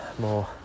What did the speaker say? more